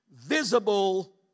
visible